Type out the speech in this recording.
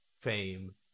fame